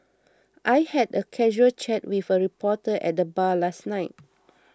I had a casual chat with a reporter at the bar last night